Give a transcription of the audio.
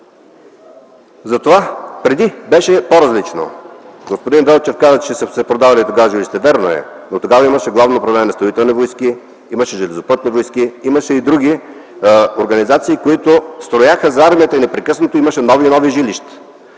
Преди беше по-различно. Господин Велчев каза, че тогава са се продавали жилищата. Вярно е, но тогава имаше Главно управление на строителните войски, имаше Железопътни войски, имаше и други организации, които строяха за армията и непрекъснато имаше нови и нови жилища.